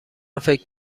فکر